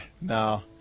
No